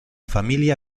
familia